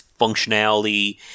functionality